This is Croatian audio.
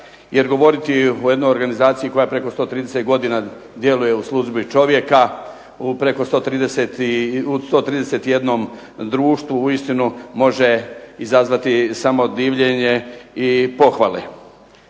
Jer govoriti o jednoj organizaciji koja preko 130 godina djeluje u službi čovjeka, u preko 131 društvu uistinu može izazvati samo divljenje, i pohvale.